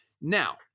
Now